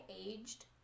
aged